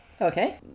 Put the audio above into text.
Okay